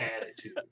Attitude